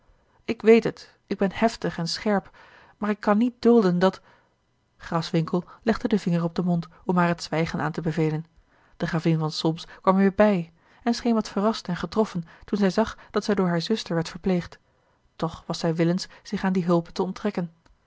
ik weet het ik ben heftig en scherp maar ik kan niet dulden dat graswinckel legde den vinger op den mond om haar het zwijgen aan te bevelen de gravin van solms kwam weêr bij en scheen wat verrast en getroffen toen zij zag dat zij door hare zuster werd verpleegd toch was zij willens zich aan die hulpe te onttrekken